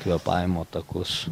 kvėpavimo takus